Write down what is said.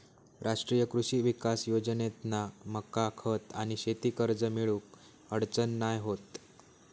राष्ट्रीय कृषी विकास योजनेतना मका खत आणि शेती कर्ज मिळुक अडचण नाय होत